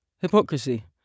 hypocrisy